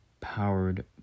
powered